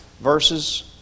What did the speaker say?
verses